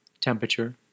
temperature